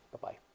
Bye-bye